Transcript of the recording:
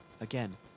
Again